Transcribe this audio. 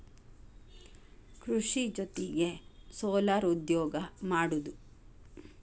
ಕೃಷಿ ಜೊತಿಗೆ ಸೊಲಾರ್ ಉದ್ಯೋಗಾ ಮಾಡುದು